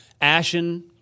Ashen